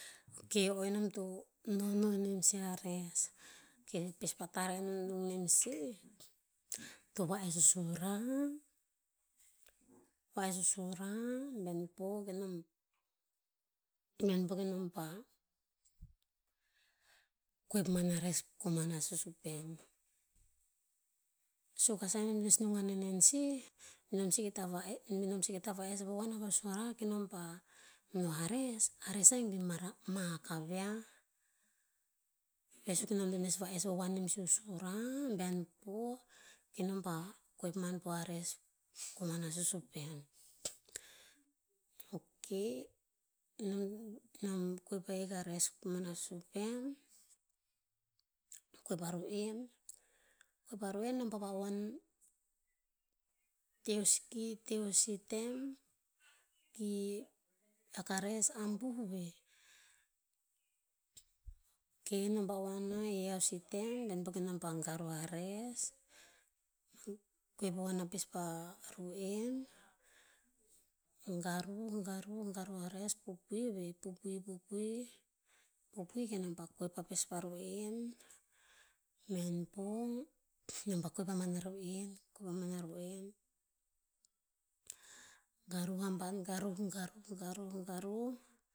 Ok, o enom to nohnoh inem sih a res. Ok, pespra tah rakah nom to nung nem sih, to va'es o sura- va'es o sura bihean po ke nom, bihaen po ke nom pah koep man a res pah koman a susupen. Suk a sah e nom to nes nung a nenem sih, nom seke hikta va'es be nom seke hikta va'es vovoan hava o sura ke nom pah noh a res, a res ahik bi mahak ka viah. Ve suk e nom to nes va'es vovoan nem sih o sura, bihaen po ke nom pah koep man po a res koman a susupen. Ok, nom koep ahik a res komana susupen, koep a ru'en koep a ru'en nom pa vauvoan teoski teosi tem, ki aka res abuh veh. Kei nom va uvoan nah si tem bian po kenom pa garuh a res, koep vovoan ina pespla ru'en, garuh garuh garuh a res, pupui ve, pupui pupui, pupui ke nom pa koep ina pespla ru'en. Bihaen po, nom pah koep aban a ru'en koep aban a ru'en. Garuh, garuh, garuh